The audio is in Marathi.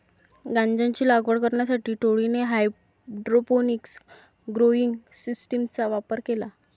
गांजाची लागवड करण्यासाठी टोळीने हायड्रोपोनिक्स ग्रोइंग सिस्टीमचा वापर केला